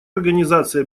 организации